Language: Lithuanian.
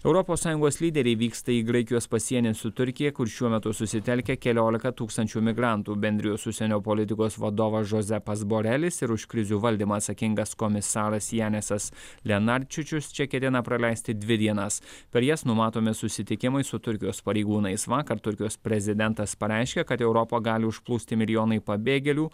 europos sąjungos lyderiai vyksta į graikijos pasienį su turkija kur šiuo metu susitelkę keliolika tūkstančių migrantų bendrijos užsienio politikos vadovas žozepas borelis ir už krizių valdymą atsakingas komisaras janesas lenarčičius čia ketina praleisti dvi dienas per jas numatomi susitikimai su turkijos pareigūnais vakar turkijos prezidentas pareiškė kad europą gali užplūsti milijonai pabėgėlių